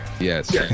Yes